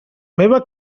meva